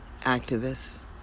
activists